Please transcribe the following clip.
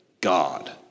God